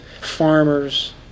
farmers